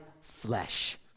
flesh